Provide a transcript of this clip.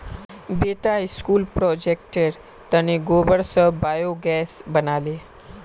बेटा स्कूल प्रोजेक्टेर तने गोबर स बायोगैस बना ले